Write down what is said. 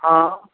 हॅं